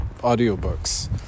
audiobooks